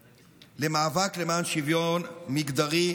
מהלב למאבק למען שוויון מגדרי.